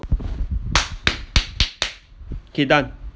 okay done